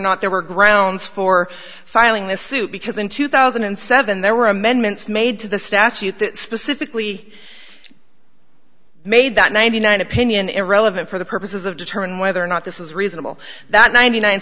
not there were grounds for filing the suit because in two thousand and seven there were amendments made to the statute that specifically made that ninety nine opinion irrelevant for the purposes of determine whether or not this was reasonable that ninety nine